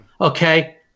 okay